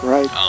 Right